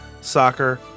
soccer